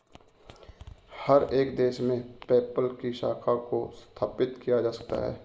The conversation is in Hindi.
हर एक देश में पेपल की शाखा को स्थापित किया जा रहा है